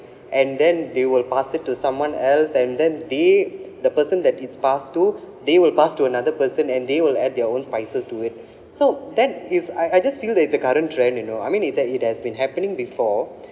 and then they will pass it to someone else and then they the person that it's passed to they will pass to another person and they will add their own spices to it so then is I I just feel that it's a current trend you know I mean it has it has been happening before